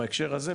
ובהקשר הזה,